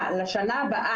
חשוב.